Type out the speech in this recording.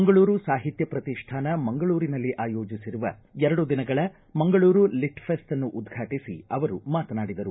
ಮಂಗಳೂರು ಸಾಹಿತ್ಯ ಪ್ರತಿಷ್ಠಾನ ಮಂಗಳೂರಿನಲ್ಲಿ ಆಯೋಜಿಸಿರುವ ಎರಡು ದಿನಗಳ ಮಂಗಳೂರು ಲಿಟ್ ಫೆಸ್ಟ್ನ್ನು ಉದ್ರಾಟಿಸಿ ಅವರು ಮಾತನಾಡಿದರು